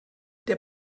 der